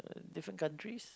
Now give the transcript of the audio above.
different countries